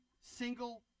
single